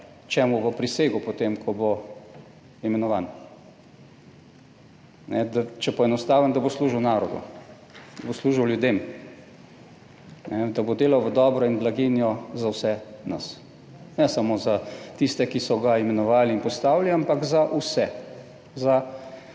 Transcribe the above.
čemu bo prisegel potem, ko bo imenovan. Da, če poenostavim, da bo služil narodu, bo služil ljudem, da bo delal v dobro in blaginjo za vse nas, ne samo za tiste, ki so ga imenovali in postavili, ampak za vse, za,